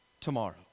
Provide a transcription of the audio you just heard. tomorrow